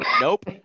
Nope